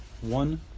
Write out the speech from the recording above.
One